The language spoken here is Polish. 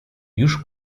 już